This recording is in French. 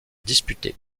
disputées